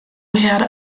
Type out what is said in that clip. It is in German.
herde